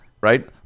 right